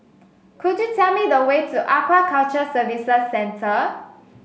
could you tell me the way to Aquaculture Services Centre